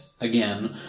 again